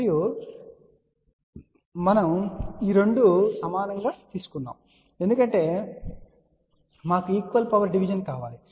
మరియు మనము ఈ 2 సమానంగా తీసుకున్నాము ఎందుకంటే మాకు ఈక్వల్ పవర్ డివిజన్ కావాలి